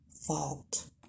fault